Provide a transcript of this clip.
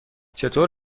چطور